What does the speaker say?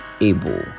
able